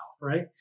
right